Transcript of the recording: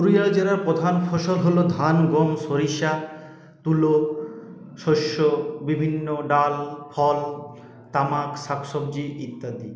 পুরুলিয়া জেলার প্রধান ফসল হল ধান গম সরিষা তুলো শস্য বিভিন্ন ডাল ফল তামাক শাক সবজি ইত্যাদি